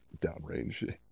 downrange